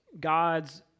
God's